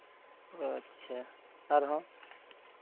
ᱟᱪᱪᱷᱟ ᱟᱨᱦᱚᱸ